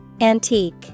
Antique